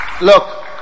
Look